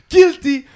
Guilty